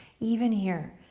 even here,